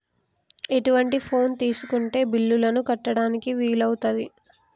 ఎటువంటి ఫోన్ తీసుకుంటే బిల్లులను కట్టడానికి వీలవుతది?